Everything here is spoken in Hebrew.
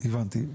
הבנתי.